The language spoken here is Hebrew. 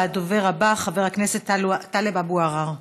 הדובר הבא, חבר הכנסת טלב אבו עראר.